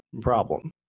problem